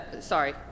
sorry